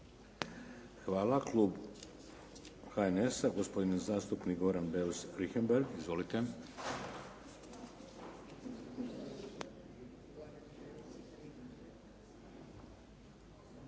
Hvala. Klub HNS-a gospodin zastupnik Goran Beus Richembergh. Izvolite. **Beus